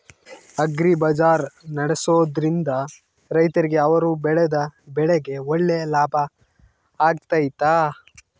Agri bazaar ನಡೆಸ್ದೊರಿಂದ ರೈತರಿಗೆ ಅವರು ಬೆಳೆದ ಬೆಳೆಗೆ ಒಳ್ಳೆ ಲಾಭ ಆಗ್ತೈತಾ?